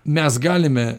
mes galime